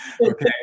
okay